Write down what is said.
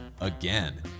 again